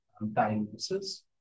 diagnosis